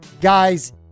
Guys